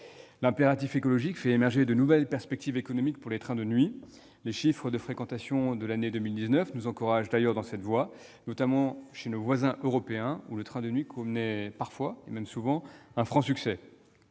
L'impératif écologique fait émerger de nouvelles perspectives économiques pour les trains de nuit. Les chiffres de fréquentation de l'année 2019 nous encouragent d'ailleurs dans cette voie, notamment chez nos voisins européens, où le train de nuit connaît souvent un franc succès.